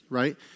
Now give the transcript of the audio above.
right